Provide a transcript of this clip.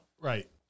Right